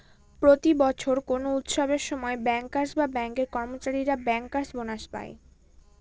প্রতি বছর কোনো উৎসবের সময় ব্যাঙ্কার্স বা ব্যাঙ্কের কর্মচারীরা ব্যাঙ্কার্স বোনাস পায়